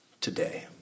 today